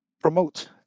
promote